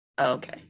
okay